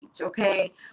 okay